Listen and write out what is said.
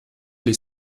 les